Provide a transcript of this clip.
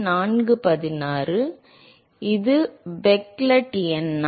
மாணவர் இது பெக்லெட் எண்ணா